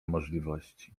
możliwości